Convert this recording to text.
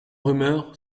rumeur